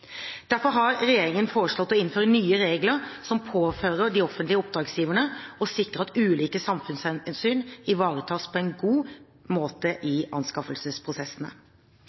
Derfor har regjeringen foreslått å innføre nye regler, som pålegger de offentlige oppdragsgiverne å sikre at ulike samfunnshensyn ivaretas på en god måte i anskaffelsesprosessene.